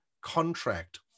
contract